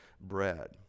bread